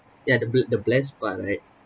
ya the ble~ the bless part right